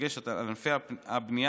בדגש על ענפי הבנייה,